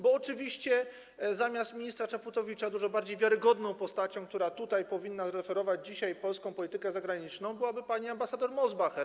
Bo oczywiście zamiast ministra Czaputowicza dużo bardziej wiarygodną postacią, która tutaj powinna zreferować dzisiaj polską politykę zagraniczną, byłaby pani ambasador Mosbacher.